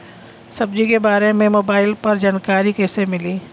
सब्जी के बारे मे मोबाइल पर जानकारी कईसे मिली?